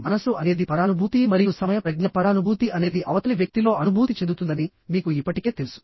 మనస్సు అనేది పరానుభూతి మరియు సమయ ప్రజ్ఞ పరానుభూతి అనేది అవతలి వ్యక్తిలో అనుభూతి చెందుతుందని మీకు ఇప్పటికే తెలుసు